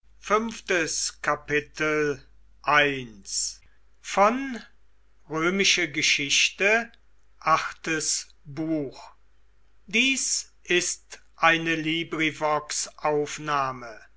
sind ist eine